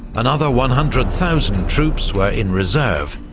another one hundred thousand troops were in reserve,